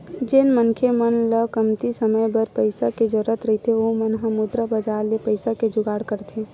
जेन मनखे मन ल कमती समे बर पइसा के जरुरत रहिथे ओ मन ह मुद्रा बजार ले पइसा के जुगाड़ करथे